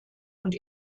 und